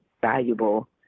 valuable